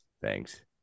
Thanks